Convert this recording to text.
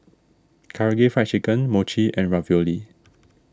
Karaage Fried Chicken Mochi and Ravioli